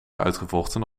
uitgevochten